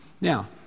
Now